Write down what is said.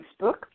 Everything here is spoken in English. Facebook